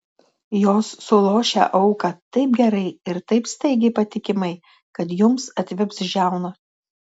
jos sulošia auką taip gerai ir taip staigiai patikimai kad jums atvips žiauna